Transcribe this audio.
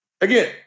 again